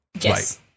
Yes